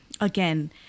again